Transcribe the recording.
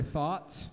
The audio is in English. thoughts